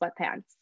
sweatpants